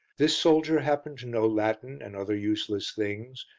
this soldier happened to know latin and other useless things,